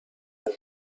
برم